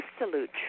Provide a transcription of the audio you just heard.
absolute